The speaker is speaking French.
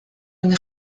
une